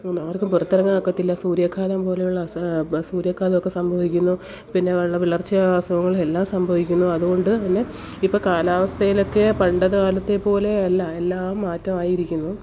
ആർക്കും പുറത്തിറങ്ങാൻ ഒക്കത്തില്ല സൂര്യാഘാതം പോലെയുള്ള അസുഖം സൂര്യഘാതമൊക്കെ സംഭവിക്കുന്നു പിന്നെ വല്ല വിളർച്ച അസുഖങ്ങൾ എല്ലാം സംഭവിക്കുന്നു അതുകൊണ്ട് തന്നെ ഇപ്പം കാലാവസ്ഥയിലൊക്കെ പണ്ടത്തെ കാലത്തെ പോലെയല്ല എല്ലാം മാറ്റമായിരിക്കുന്നു